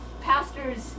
pastors